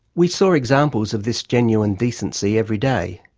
we saw examples of this genuine decency every day.